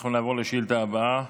אנחנו נעבור לשאילתה הבאה,